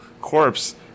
corpse